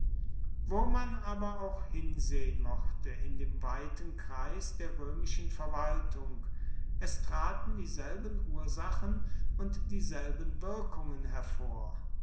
wo man aber auch hinsehen mochte in dem weiten kreis der römischen verwaltung es traten dieselben ursachen und dieselben wirkungen hervor